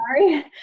sorry